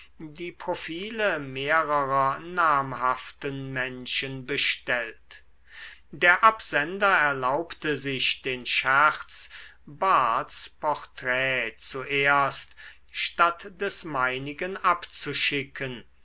die profile mehrerer namhaften menschen bestellt der absender erlaubte sich den scherz bahrdts porträt zuerst statt des meinigen abzuschicken